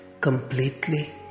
completely